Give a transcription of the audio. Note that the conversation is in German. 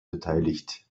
beteiligt